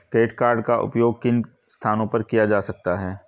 Credit card का उपयोग किन स्थानों पर किया जा सकता है?